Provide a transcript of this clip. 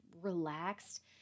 relaxed